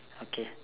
okay